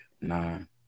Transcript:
nine